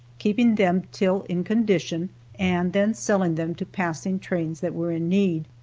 keeping them till in condition and then selling them to passing trains that were in need.